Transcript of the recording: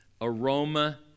aroma